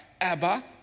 Abba